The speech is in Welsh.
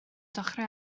dechrau